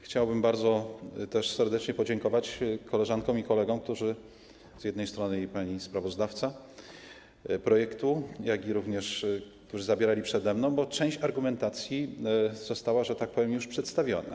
Chciałbym bardzo też serdecznie podziękować koleżankom i kolegom, którzy z jednej strony... i pani sprawozdawcy projektu, jak również tym, którzy zabierali głos przede mną, bo część argumentacji została, że tak powiem, już przedstawiona.